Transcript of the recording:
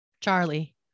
Charlie